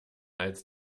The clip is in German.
als